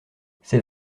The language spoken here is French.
c’est